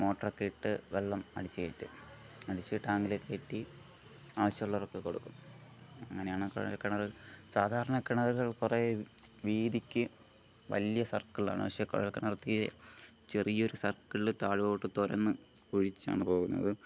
motor ഒക്കെ ഇട്ട് വെള്ളം അടിച്ച് കയറ്റും അടിച്ച് ടാങ്കിൽ കയറ്റി ആവശ്യമുള്ളവർക്ക് കൊടുക്കും അങ്ങനെയാണ് കുഴൽ കിണർ സാധാരണ കിണറുകൾ കുറേ വീതിക്ക് വലിയ സര്ക്കിളാണ് പക്ഷേ കുഴൽ കിണർ തീരെ ചെറിയ ഒരു സർക്കിളിൽ താഴോട്ട് തുരന്ന് കുഴിച്ചാണ് പോകുന്നത്